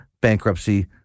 bankruptcy